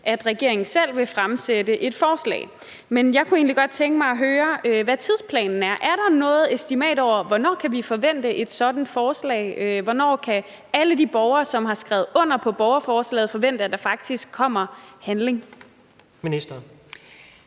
at regeringen selv vil fremsætte et forslag. Men jeg kunne egentlig godt tænke mig at høre, hvad tidsplanen er. Er der noget estimat over, hvornår vi kan forvente et sådant forslag, hvornår kan alle de borgere, som har skrevet under på borgerforslaget, forvente, at der faktisk kommer handling? Kl.